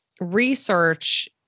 Research